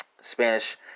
Spanish